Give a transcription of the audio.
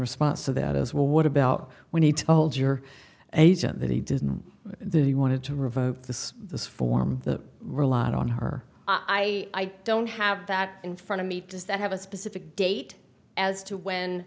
response to that is well what about when he told your agent that he didn't though he wanted to revoke this this form that relied on her i don't have that in front of me does that have a specific date as to w